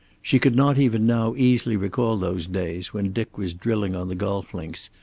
she could not even now easily recall those days when dick was drilling on the golf links,